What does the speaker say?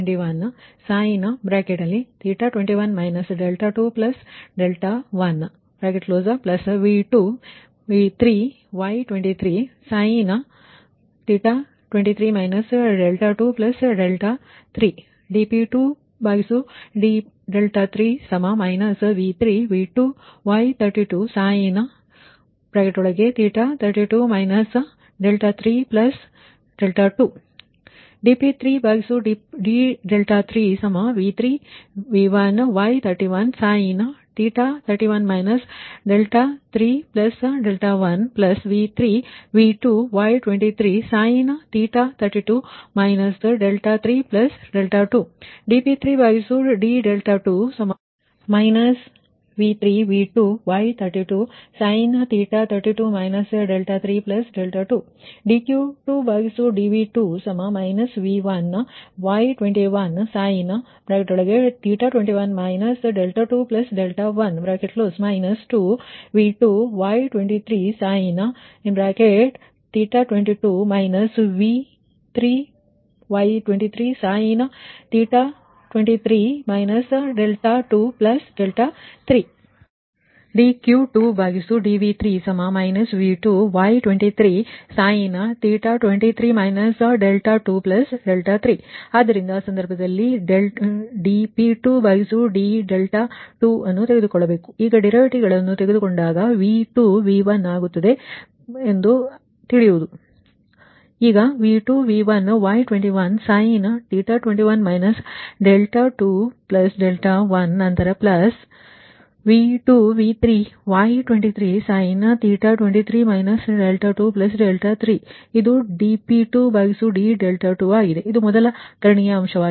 dp2d2V2V1Y2121 21V2V3Y2323 23 dp2d3 V3V2Y3232 32 dp3d3V3V1Y3131 31V3V2Y2332 32 dp3d2 V3V2Y3232 32 dQ2dV2 V1Y2121 21 2V2Y2322 V3Y2323 23 dQ2dV3 V2Y2323 23 ಆದ್ದರಿಂದ ಆ ಸಂದರ್ಭದಲ್ಲಿ ನೀವು dp2d2 ಅನ್ನು ತೆಗೆದುಕೊಳ್ಳಬೇಕು ನೀವು ಡರಿವಿಟಿವಗಳನ್ನು ತೆಗೆದುಕೊಂಡರೆ ಅದು V2 V1 ಆಗುತ್ತದೆ ಪ್ರಮಾಣವು ಅರ್ಥವಾಗುತ್ತದೆ ಕೇವಲ ಹೇಳುವುದು V2V1Y21 21 21 ನಂತರ ಪ್ಲಸ್ V2V3Y23 23 23 ಇದು dp2d2 ಆಗಿದೆ ಇದು ಮೊದಲ ಕರ್ಣೀಯ ಅಂಶವಾಗಿದೆ